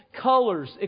colors